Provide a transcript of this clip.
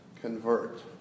convert